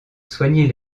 soigner